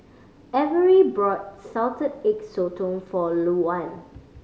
Averie bought Salted Egg Sotong for Louann